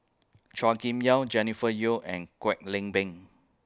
Chua Kim Yeow Jennifer Yeo and Kwek Leng Beng